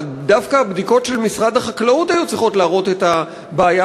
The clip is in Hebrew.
דווקא הבדיקות של משרד החקלאות היו צריכות להראות את הבעיה,